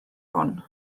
hon